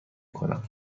کنم